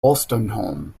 wolstenholme